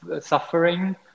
suffering